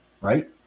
Right